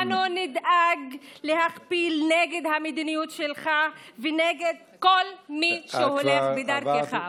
נדאג להכפיל את הקול שלנו נגד המדיניות שלך ונגד כל מי שהולך בדרכך.